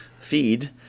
feed